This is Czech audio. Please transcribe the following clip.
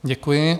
Děkuji.